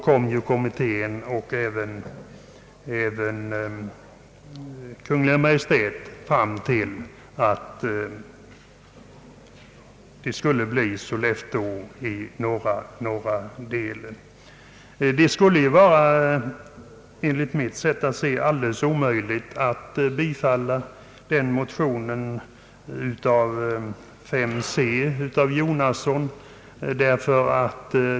Kommittén och Kungl. Maj:t kom då till den slutsatsen att man som förläggningsort borde välja Sollefteå i norra delen av landet. Det skulle enligt mitt sätt att se vara alldeles omöjligt att bifalla reservation 2c av herr Jonasson.